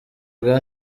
bwa